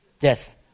Yes